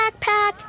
backpack